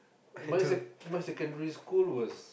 my sec my secondary school was